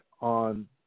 on